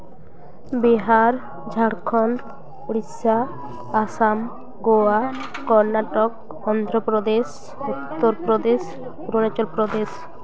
Bihar Jharkhand Odisha Assam Goa Karnataka Andhra Pradesh Uttar Pradesh Himachal Pradesh